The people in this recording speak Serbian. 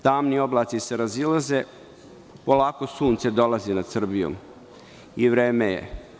Tamni oblaci se razilaze, polako sunce dolazi nad Srbijom i vreme je.